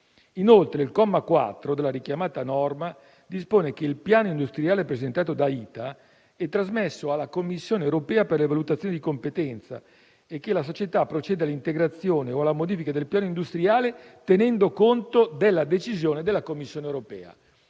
Inoltre, il comma 4 della richiamata norma dispone che il piano industriale presentato da ITA è trasmesso alla Commissione europea per le valutazioni di competenza e che la società procede all'integrazione o alla modifica del piano industriale tenendo conto della decisione della Commissione europea.